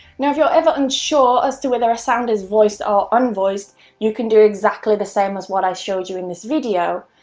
now if you're ever unsure as to whether a sound is voiced or unvoiced you can do exactly the same as what i showed you in this video.